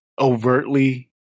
overtly